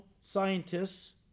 scientists